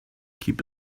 keep